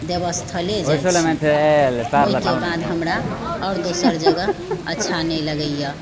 देवस्थले जाइ छी ओहिके बाद हमरा और दोसर जगह अच्छा नहि लगैया